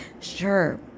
Sure